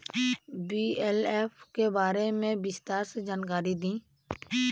BLF के बारे में विस्तार से जानकारी दी?